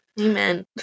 Amen